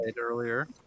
earlier